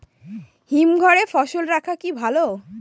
হিমঘরে ফসল রাখা কি ভালো?